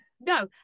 No